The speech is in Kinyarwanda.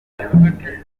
nyarwanda